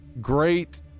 great